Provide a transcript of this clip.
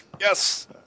Yes